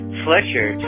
fletcher